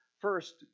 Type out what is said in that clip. First